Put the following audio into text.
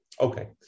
Okay